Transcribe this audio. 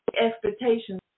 expectations